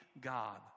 God